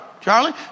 Charlie